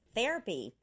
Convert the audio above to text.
Therapy